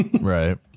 right